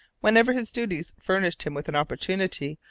whenever his duties furnished him with an opportunity,